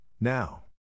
now